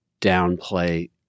downplay